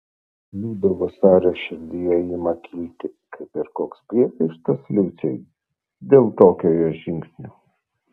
liudo vasario širdyje ima kilti kaip ir koks priekaištas liucei dėl tokio jos žingsnio